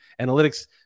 Analytics